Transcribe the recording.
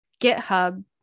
GitHub